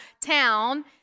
town